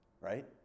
right